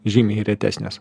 žymiai retesnės